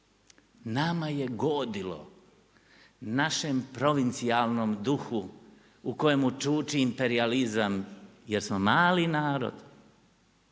nama je godilo našem provincijalnom duhu u kojemu čuči imperijalizam jer smo mali narod,